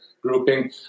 grouping